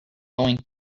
going